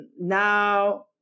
now